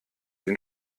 den